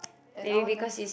and I want a